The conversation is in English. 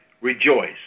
rejoice